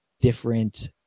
different